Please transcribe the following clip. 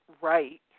right